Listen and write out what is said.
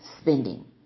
spending